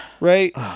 right